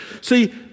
See